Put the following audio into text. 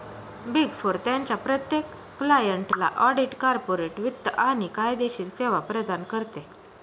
big four त्यांच्या प्रत्येक क्लायंटला ऑडिट, कॉर्पोरेट वित्त आणि कायदेशीर सेवा प्रदान करते